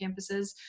campuses